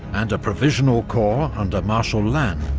and a provisional corps under marshal lannes,